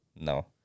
No